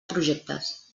projectes